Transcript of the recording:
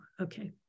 Okay